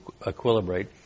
equilibrate